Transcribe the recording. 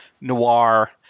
noir